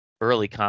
early